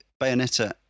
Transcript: Bayonetta